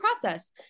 process